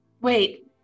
Wait